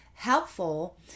helpful